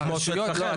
הרשויות לא,